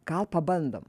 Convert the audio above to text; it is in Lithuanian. gal pabandom